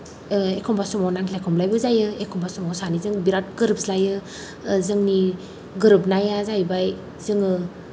एखनब्ला समाव नांलाय खमलायबो जायो एखनब्ला समाव सानैजों बिराद गोरोबज्लायो जोंनि गोरोबनाया जाहैबाय जोङो